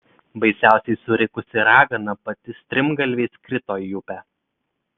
baisiausiai surikusi ragana pati strimgalviais krito į upę